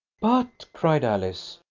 but, cried alice,